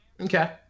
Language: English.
Okay